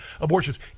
abortions